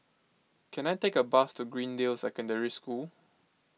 can I take a bus to Greendale Secondary School